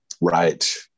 Right